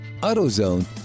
AutoZone